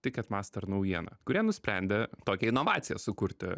tiket master naujiena kurie nusprendė tokią inovaciją sukurti